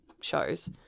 shows